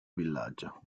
villaggio